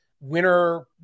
winner